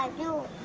um you